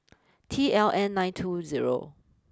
T L N nine two zero